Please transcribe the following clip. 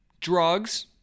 Drugs